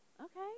Okay